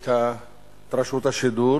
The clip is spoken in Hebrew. את רשות השידור